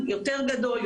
יותר גדול,